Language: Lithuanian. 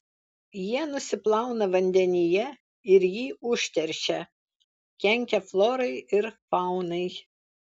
jie nusiplauna vandenyje ir jį užteršia kenkia florai ir faunai